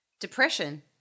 Depression